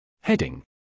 Heading